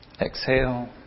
Exhale